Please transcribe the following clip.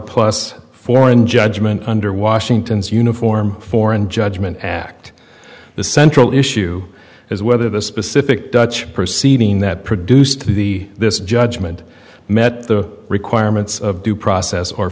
plus foreign judgment under washington's uniform foreign judgment act the central issue is whether the specific dutch perceiving that produced the this judgement met the requirements of due process or